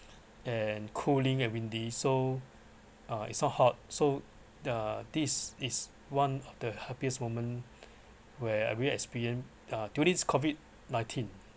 and cooling and windy so uh it's not hot so uh this is one of the happiest moment where we really experience uh during COVID nineteen